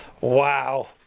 wow